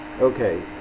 okay